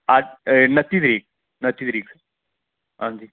नत्ती तरीक नत्ती तरीक हां जी